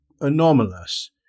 anomalous